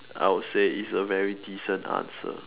I would say it's a very decent answer